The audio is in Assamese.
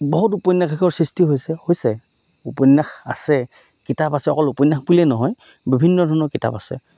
বহুত উপন্যাসৰ সৃষ্টি হৈছে উপন্যাস আছে কিতাপ আছে অকল উপন্যাস বুলিয়েই নহয় বিভিন্ন ধৰণৰ কিতাপ আছে